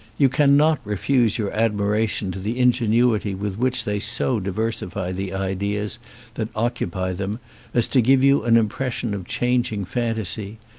you cannot refuse your admiration to the ingenuity with which they so diversify the ideas that occupy them as to give you an im pression of changing fantasy,